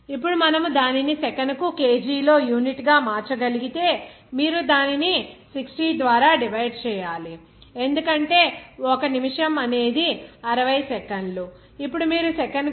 ఇప్పుడు మనము దానిని సెకనుకు kg లో యూనిట్ గా మార్చగలిగితే మీరు దానిని 60 ద్వారా డివైడ్ చేయాలి ఎందుకంటే 1 నిమిషం అనేది 60 సెకన్లు అప్పుడు మీరు సెకనుకు 21